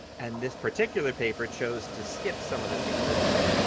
and this particular paper chose to skip some of the peer review